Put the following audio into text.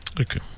Okay